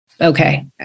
okay